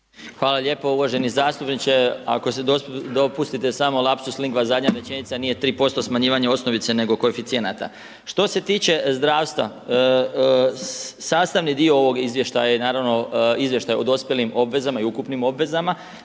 Hvala lijepo uvaženi zastupniče, ako mi dopustite lapsus …/Govornik se ne razumije./… zadnja rečenica nije 3% smanjivanje osnovice, nego koeficijenata. Što se tiče zdravstva, sastavni dio ovog izvještaj je naravno, izvještaj o dospjelim obvezama i ukupnim obvezama.